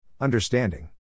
Understanding